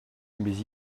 mes